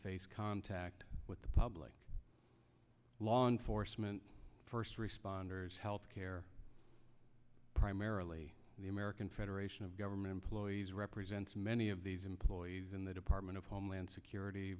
face contact with the public law enforcement first responders health care primarily the american federation of government employees represents many of these employees in the department of homeland security